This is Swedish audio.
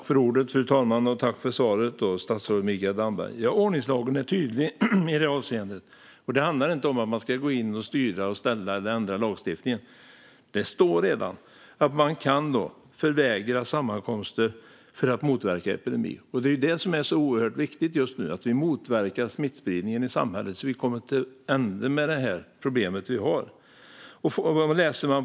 Fru talman! Tack för svaret, statsrådet Mikael Damberg! Ordningslagen är tydlig i det avseendet. Det handlar inte om att vi ska gå in och styra och ställa eller ändra lagstiftningen - det står redan att man kan förbjuda sammankomster för att motverka epidemin. Det är ju det som är så oerhört viktigt just nu, alltså att vi motverkar smittspridningen i samhället så att vi kommer till en ände med det problem vi har.